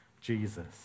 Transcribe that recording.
Jesus